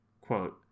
Quote